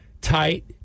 tight